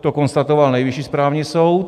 to konstatoval Nejvyšší státní soud.